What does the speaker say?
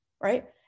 right